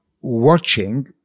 watching